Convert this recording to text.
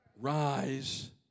rise